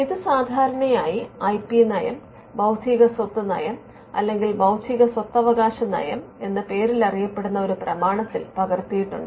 ഇത് സാധാരണയായി I P നയം ബൌദ്ധിക സ്വത്ത് നയം അല്ലെങ്കിൽ ബൌദ്ധിക സ്വത്തവകാശ നയം എന്ന പേരിലറിയപ്പെടുന്ന ഒരു പ്രമാണത്തിൽ പകർത്തിയിട്ടുണ്ട്